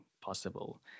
possible